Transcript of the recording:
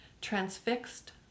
transfixed